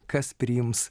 kas priims